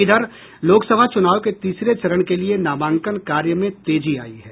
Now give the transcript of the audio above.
लोकसभा चूनाव के तीसरे चरण के लिए नामांकन कार्य में तेजी आयी है